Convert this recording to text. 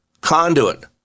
conduit